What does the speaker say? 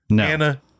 Anna